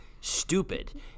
stupid